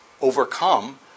overcome